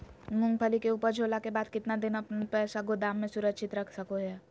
मूंगफली के ऊपज होला के बाद कितना दिन अपना पास गोदाम में सुरक्षित रख सको हीयय?